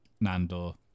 Nando